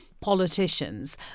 politicians